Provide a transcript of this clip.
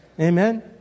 Amen